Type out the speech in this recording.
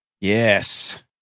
Yes